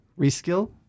reskill